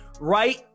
right